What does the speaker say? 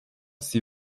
sie